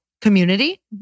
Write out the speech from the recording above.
community